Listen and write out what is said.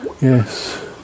Yes